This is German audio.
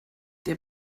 der